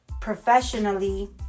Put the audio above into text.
professionally